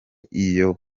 iyo